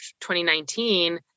2019